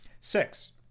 Six